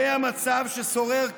זה המצב ששורר כרגע.